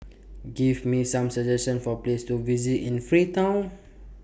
Give Me Some suggestions For Places to visit in Freetown